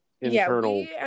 internal